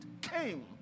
came